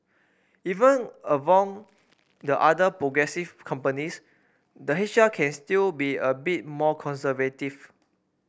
even among the another progressive companies the H R can still be a bit more conservative